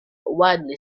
widely